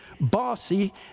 bossy